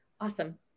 Awesome